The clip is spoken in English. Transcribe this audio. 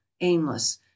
aimless